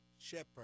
shepherd